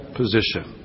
position